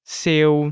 seu